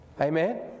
Amen